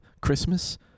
Christmas